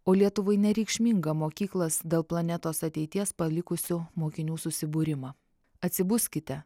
o lietuvai nereikšmingą mokyklas dėl planetos ateities palikusių mokinių susibūrimą atsibuskite